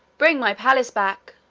bring my palace back.